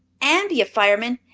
an' be a fireman,